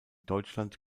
deutschland